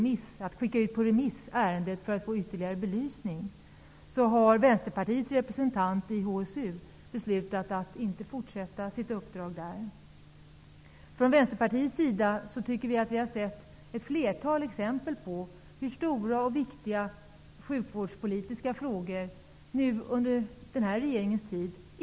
Med anledning av detta i mina ögon grova formella övertramp har Vänsterpartiets representant i HSU beslutat att inte fortsätta sitt uppdrag där. Vi har från Vänsterpartiets sida sett ett flertal exempel på att stora och viktiga sjukvårdspolitiska frågor inte avgjorts i HSU under den nuvarande regeringens tid.